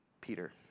Peter